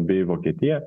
bei vokietija